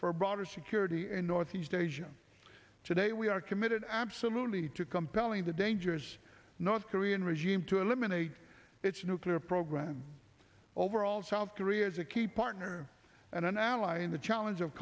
for broader security in northeast asia today we are committed absolutely to compelling the dangers north korean regime to eliminate its nuclear programs overall south korea is a key partner and an ally in the challenge of